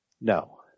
No